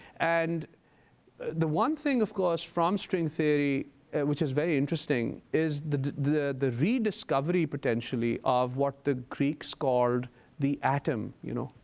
and the one thing, of course, from string theory which is very interesting is the the rediscovery, potentially, of what the greeks called the atom. you know,